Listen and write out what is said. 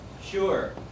Sure